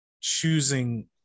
choosing